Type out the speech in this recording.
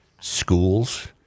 schools